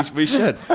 we should